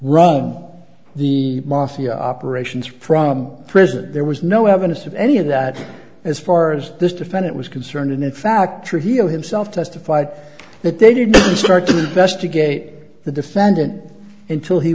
run the mafia operations from prison there was no evidence of any of that as far as this defendant was concerned and in fact trivial himself testified that they did start the